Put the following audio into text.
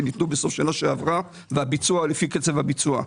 שניתנו בסוף השנה שעברה והביצוע הוא לפי קצב הביצוע.